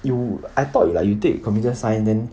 you I thought like you take computer sciece then